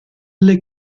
les